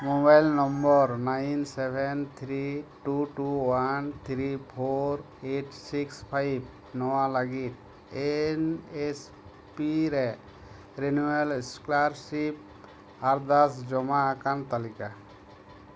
mobile number nine seven three two two one three four eight six five ᱱᱚᱣᱟ ᱞᱟᱹᱜᱤᱫ N S P ᱨᱮ renewal scholarship ᱟᱨᱫᱟᱥ ᱡᱚᱢᱟ ᱟᱠᱟᱱ ᱛᱟᱹᱞᱤᱠᱟ